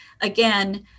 again